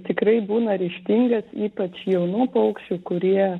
tikrai būna ryžtingas ypač jaunų paukščių kurie